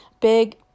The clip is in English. big